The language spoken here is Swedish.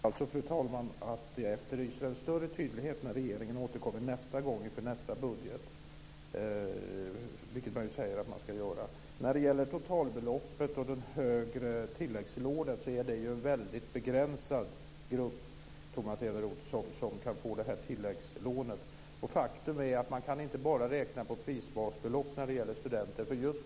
Fru talman! Jag efterlyser en större tydlighet när regeringen återkommer nästa gång inför nästa budget, vilket den säger att den ska göra. När det gäller totalbeloppet och det högre tilläggslånet är det en väldigt begränsad grupp, Tomas Eneroth, som kan få tilläggslånet. Faktum är att man inte bara kan räkna priset på grundval av basbelopp när det gäller studenter.